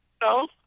No